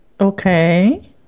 Okay